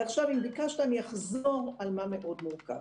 עכשיו אני אחזור על מה מאוד מורכב.